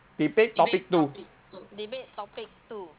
debate topic two